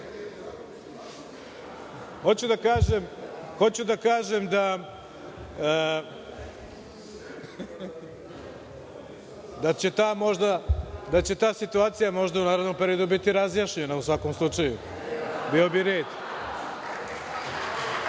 hoću da kažem da će ta situacija možda u narednom periodu biti razjašnjena u svakom slučaju, bio bi red.